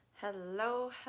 Hello